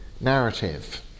narrative